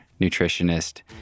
nutritionist